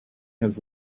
had